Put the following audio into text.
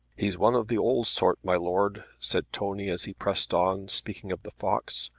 he's one of the old sort, my lord, said tony as he pressed on, speaking of the fox.